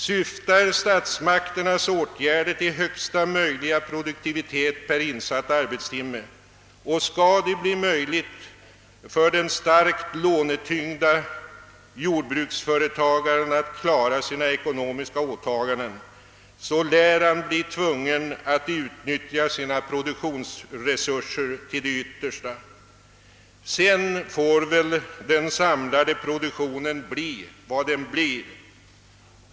Syftar statsmakternas åtgärder till högsta möjliga produktivitet per insatt arbetstimme, och skall det bli möjligt för den starkt lånetyngda jordbruksföretagaren «att klara sina ekonomiska åtaganden, lär han bli tvungen att utnyttja sina produktionsresurser till det yttersta. Sedan får väl den samlade produktionen bli vad den blir.